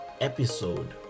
episode